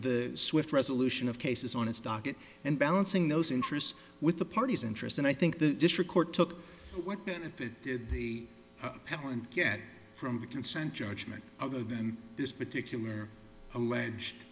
the swift resolution of cases on its docket and balancing those interests with the party's interests and i think the district court took what benefit the appellant get from the consent judgment other than this particular allege